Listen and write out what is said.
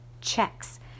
Checks